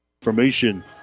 information